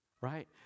right